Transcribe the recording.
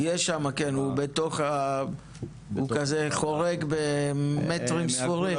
יש שם כן הוא חורג במטרים ספורים.